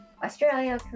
australia